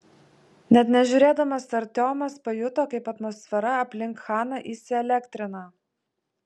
net nežiūrėdamas artiomas pajuto kaip atmosfera aplink chaną įsielektrina